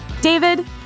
David